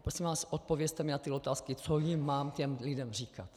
Prosím vás, odpovězte mi na ty otázky, co mám těm lidem říkat.